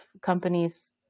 companies